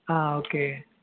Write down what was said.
आं ओके